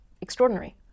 extraordinary